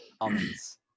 Almonds